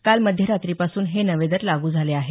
काल मध्यरात्रीपासून हे नवे दर लागू झाले आहेत